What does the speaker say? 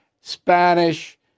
Spanish